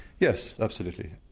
yes, absolutely.